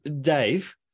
Dave